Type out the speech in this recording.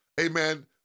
Amen